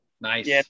Nice